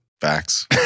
Facts